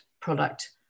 product